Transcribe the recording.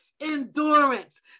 endurance